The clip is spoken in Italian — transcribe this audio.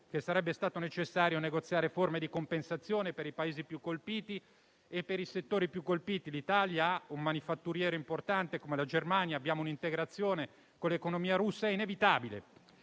che sarebbe stato necessario negoziare forme di compensazione per i Paesi e per i settori più colpiti. L'Italia ha un settore manifatturiero importante. Come la Germania, abbiamo un'integrazione con l'economia russa. È inevitabile.